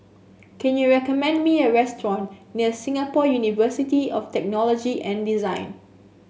can you recommend me a restaurant near Singapore University of Technology and Design